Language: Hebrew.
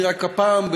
רק הפעם,